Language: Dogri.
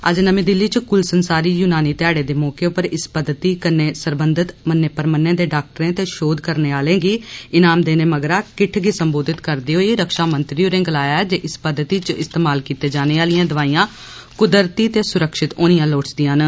अज्ज नमीं दिल्ली च कुल संसारी यूनानी ध्याड़े दे मौके उप्पर इस पद्धित कन्नै सरबंधत मन्नै प्रमन्नै दे डाक्टरें ते शोध करने आहले गी ईनाम देने मगरा किट्ठ गी सम्बोधत करदे होई रक्षामंत्री होरें गलाया जे इस पद्धति च इस्तमाल कीते जाने आहलियां दवाइयां क्दरती ते स्रक्षित होनियां लोइचदियां न